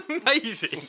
amazing